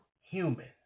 human